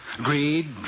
Greed